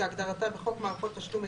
כהגדרתה בחוק מערכות תשלומים,